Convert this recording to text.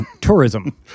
Tourism